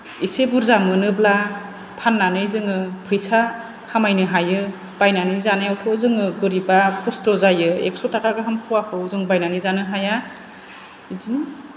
एसे बुरजा मोनोब्ला फान्नानै जोङो फैसा खामायनो हायो बायनानै जानायावथ' जोङो गोरिबा खस्थ जायो एक्स थाखा गाहाम पवाखौ जों बायनानै जानो हाया बिदिनो